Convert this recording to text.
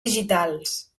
digitals